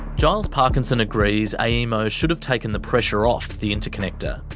giles parkinson agrees aemo should have taken the pressure off the interconnector.